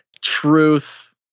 truth